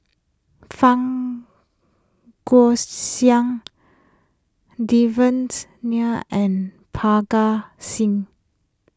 Fang Guixiang Devan's Nair and Parga Singh